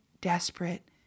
desperate